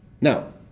Now